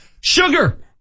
Sugar